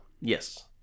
yes